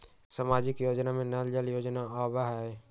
सामाजिक योजना में नल जल योजना आवहई?